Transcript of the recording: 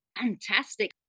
Fantastic